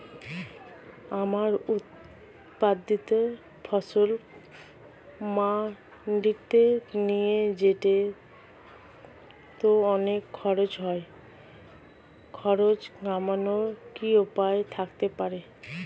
আমার উৎপাদিত ফসল মান্ডিতে নিয়ে যেতে তো অনেক খরচ হয় খরচ কমানোর কি উপায় থাকতে পারে?